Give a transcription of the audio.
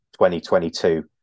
2022